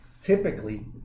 typically